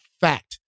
fact